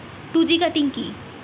Two G cutting কি?